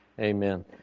Amen